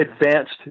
advanced